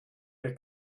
der